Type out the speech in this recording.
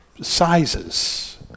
sizes